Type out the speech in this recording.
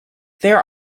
there